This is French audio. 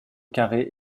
carré